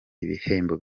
ibihembo